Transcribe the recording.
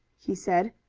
he said.